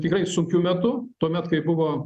tikrai sunkiu metu tuomet kai buvo